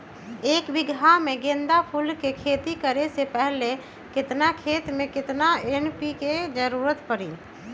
एक बीघा में गेंदा फूल के खेती करे से पहले केतना खेत में केतना एन.पी.के के जरूरत परी?